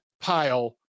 pile